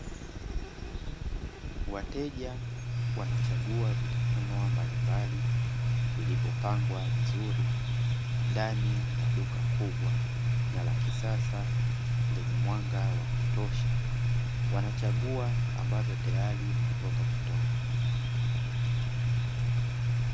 Wateja wanachagua vitafunwa mbalimbali, vilivyopangwa vizuri ndani ya duka kubwa na la kisasa lenye mwanga wa kutosha. wanachagua ambavyo tayari vimetoka motoni.